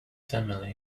family